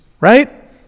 right